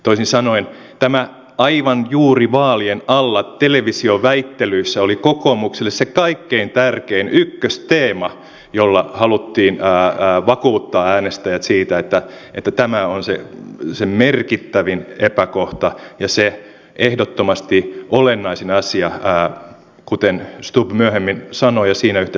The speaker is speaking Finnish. toisin sanoen tämä aivan juuri vaa lien alla televisioväittelyissä oli kokoomukselle se kaikkein tärkein ykkösteema jolla haluttiin vakuuttaa äänestäjät siitä että tämä on se merkittävin epäkohta ja se ehdottomasti olennaisin asia kuten stubb myöhemmin sanoi ja siinä yhteydessä sanoi